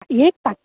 एक पाक्